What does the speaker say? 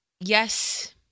yes